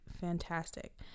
fantastic